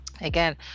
again